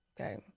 okay